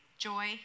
Joy